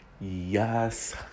yes